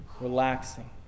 relaxing